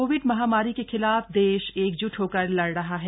Covid महामारी के खिलाफ देश एकजुट होकर लड़ रहा है